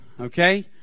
Okay